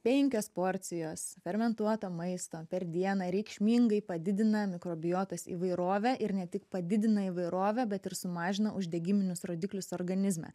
penkios porcijos fermentuoto maisto per dieną reikšmingai padidina mikrobiotos įvairovę ir ne tik padidina įvairovę bet ir sumažina uždegiminius rodiklius organizme